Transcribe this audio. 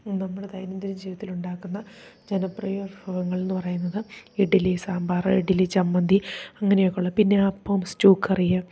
നമ്മുടെ ദൈനംദിന ജീവിതത്തിലുണ്ടാക്കുന്ന ജനപ്രിയ വിഭവങ്ങൾ എന്നു പറയുന്നത് ഇഡലി സാമ്പാർ ഇഡലി ചമ്മന്തി അങ്ങനെയൊക്കെ ഉള്ള പിന്നെ അപ്പം സ്റ്റൂ കറിയ്